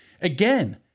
again